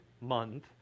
month